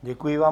Děkuji vám.